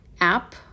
app